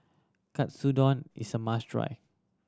katsudon is a must try